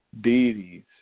Deities